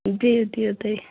دِیِو دِیِو تُہۍ